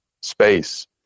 space